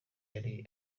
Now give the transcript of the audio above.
yari